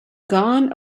gone